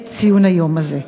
את ציון היום הזה.